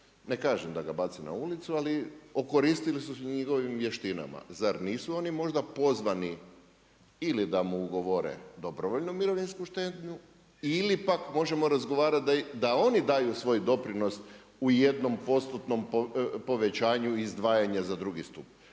ne kažem da ga bace na ulicu, ali okoristili su se njihovim vještinama. Zar nisu oni možda pozvani ili da mu ugovore dobrovljnu mirovinsku štednju ili pak možemo razgovarati da oni daju svoj doprinos u 1% povećanju i izdvajanja za drugi stup.